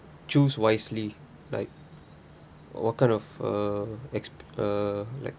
choose wisely like what kind of uh ex~ uh like